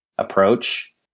approach